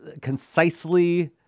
concisely